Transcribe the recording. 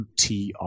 UTR